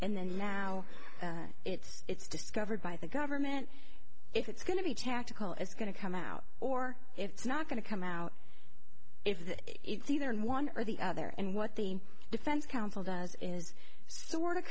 and then now it's discovered by the government if it's going to be tactical it's going to come out or it's not going to come out if it's either in one or the other and what the defense counsel does is so